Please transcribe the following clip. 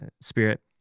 spirit